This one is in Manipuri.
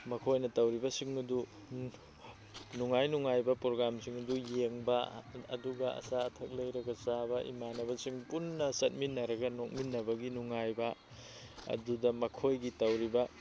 ꯃꯈꯣꯏꯅ ꯇꯧꯔꯤꯕꯁꯤꯡ ꯑꯗꯨ ꯅꯨꯡꯉꯥꯏ ꯅꯨꯡꯉꯥꯏꯕ ꯄ꯭ꯔꯣꯒꯥꯝꯁꯤꯡ ꯑꯗꯨ ꯌꯦꯡꯕ ꯑꯗꯨꯒ ꯑꯆꯥ ꯑꯊꯛ ꯂꯩꯔꯒ ꯆꯥꯕ ꯏꯃꯥꯟꯅꯕꯁꯤꯡ ꯄꯨꯟꯅ ꯆꯠꯃꯤꯟꯅꯔꯒ ꯅꯣꯛꯃꯤꯟꯅꯕꯒꯤ ꯅꯨꯡꯉꯥꯏꯕ ꯑꯗꯨꯗ ꯃꯈꯣꯏꯒꯤ ꯇꯧꯔꯤꯕ